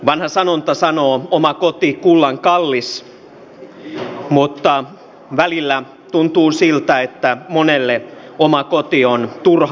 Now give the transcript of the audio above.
vanha sanonta sanoo oma koti kullan kallis mutta välillä tuntuu siltä että monelle oma koti on turhan kallis